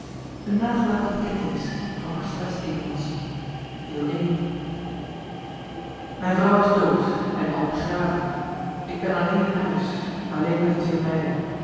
mijn vrouw is dood en al begraven ik ben alleen in huis alleen met de twee meiden